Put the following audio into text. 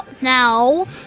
Now